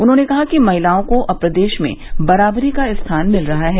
उन्होंने कहा कि महिलाओं को अब प्रदेश में बराबरी का स्थान मिल रहा है